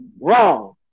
wrong